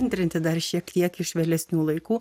trinti dar šiek tiek iš vėlesnių laikų